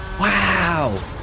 Wow